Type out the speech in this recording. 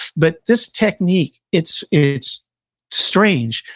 but, this technique, it's it's strange,